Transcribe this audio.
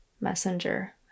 messenger